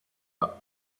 but